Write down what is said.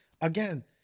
Again